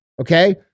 Okay